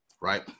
right